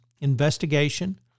investigation